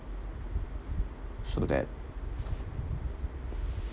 so that